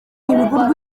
ntibigurwa